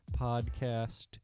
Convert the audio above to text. Podcast